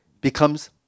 becomes